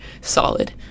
solid